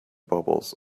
bubbles